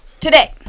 today